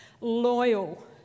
loyal